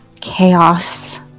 chaos